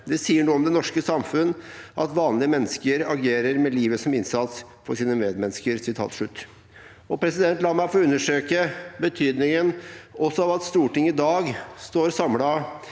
Det sier noe om det norske samfunn at vanlige mennesker agerer med livet som innsats for sine medmennesker.» La meg få understreke betydningen av at Stortinget i dag står samlet